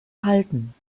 halten